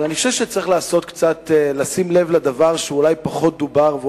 אבל אני חושב שצריך לשים לב לדבר שאולי פחות דובר בו,